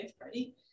party